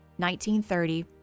1930